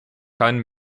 kein